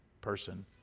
person